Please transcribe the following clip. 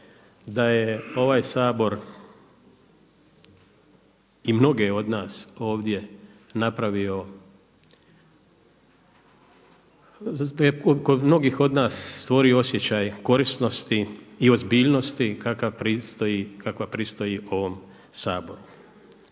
da je ovaj Sabor i mnoge od nas ovdje napravio, da je kod mnogih od nas stvorio osjećaj korisnosti i ozbiljnosti kakva pristoji ovom Saboru.